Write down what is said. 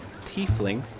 tiefling